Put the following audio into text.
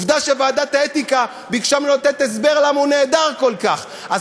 כי עובדה שוועדת האתיקה ביקשה ממנו לתת הסבר למה הוא נעדר כל כך הרבה.